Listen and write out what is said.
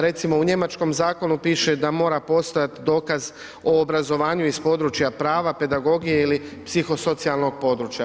Recimo u njemačkom zakonu piše da mora postojati dokaz o obrazovanju iz područja prava, pedagogije ili psihosocijalnog područja.